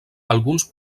alguns